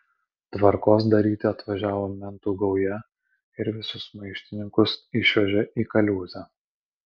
tvarkos daryti atvažiavo mentų gauja ir visus maištininkus išvežė į kaliūzę